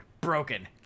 broken